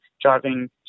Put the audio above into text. driving